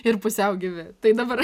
ir pusiau gyvi tai dabar